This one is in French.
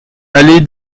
allée